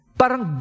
parang